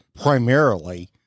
primarily